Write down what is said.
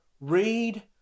read